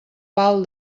pal